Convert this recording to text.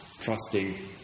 trusting